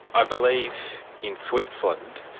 i believe in switzerland,